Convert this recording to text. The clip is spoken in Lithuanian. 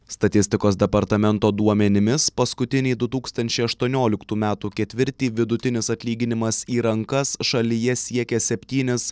statistikos departamento duomenimis paskutinį du tūkstančiai aštuonioliktų metų ketvirtį vidutinis atlyginimas į rankas šalyje siekia septynis